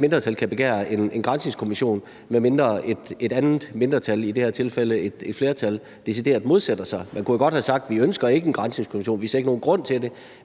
mindretal kan begære en granskningskommission, medmindre et andet mindretal – i det her tilfælde et flertal – decideret modsætter sig. Man kunne jo godt have sagt, at man ikke ønsker en granskningskommission og ikke ser nogen grund til det,